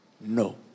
No